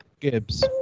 Gibbs